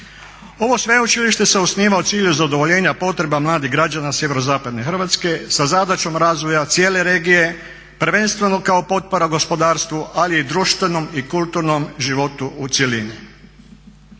Ovo sveučilište se osniva u cilju zadovoljenja potreba mladih građana sjeverozapadne Hrvatske sa zadaćom razvoja cijele regije prvenstveno kao potpora gospodarstvu, ali i društvenom i kulturnom životu u cjelini.